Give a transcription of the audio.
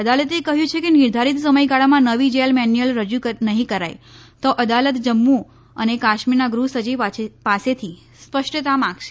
અદાલતે કહ્યું છે કે નિર્ધારિત સમયગાળામાં નવી જેલ મેન્યુઅલ રજૂ નહીં કરાય તો અદાલત જમ્મુ અને કાશ્મીરના ગૃહસચિવ પાસેથી સ્પષ્ટતા માંગશે